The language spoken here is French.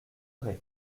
ray